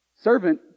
Servant